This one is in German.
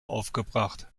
aufgebracht